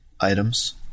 items